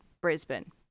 Brisbane